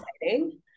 exciting